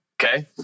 okay